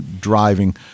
driving